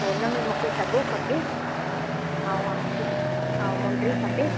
सोन में मूंखे सॻो खपे ऐं हा ऐं मुंडी खपे